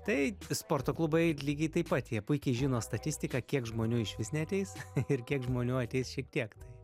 tai sporto klubai lygiai taip pat jie puikiai žino statistiką kiek žmonių išvis neateis ir kiek žmonių ateis šiek tiek tai